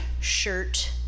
shirt